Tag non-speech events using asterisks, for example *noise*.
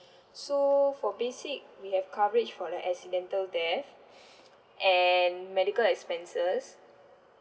so for basic we have coverage for the accidental death *breath* and medical expenses